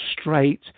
straight